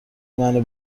منو